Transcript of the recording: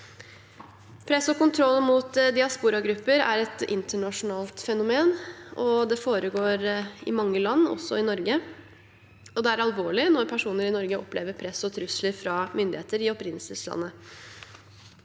Press og kontroll mot diasporagrupper er et internasjonalt fenomen, og det foregår i mange land, også i Norge. Det er alvorlig når personer i Norge opplever press og trusler fra myndigheter i opprinnelseslandet.